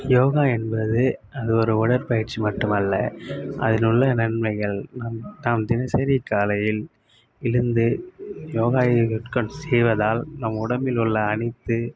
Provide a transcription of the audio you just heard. யோகா என்பது அது ஒரு உடற்பயிற்சி மட்டும் அல்ல அதிலுள்ள நன்மைகள் நாம் நாம் தினசரி காலையில் எழுந்து யோகாக்கள் செய்வதால் நம் உடம்பில் உள்ள அனைத்து